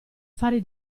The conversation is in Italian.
fare